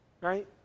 Right